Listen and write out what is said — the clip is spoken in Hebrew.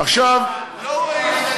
לא רואים.